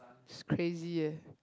it's crazy eh